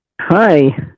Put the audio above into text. Hi